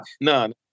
no